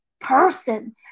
person